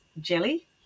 jelly